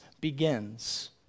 begins